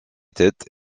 tête